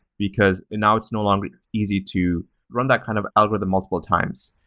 because now it's no longer easy to run that kind of algorithm multiple times.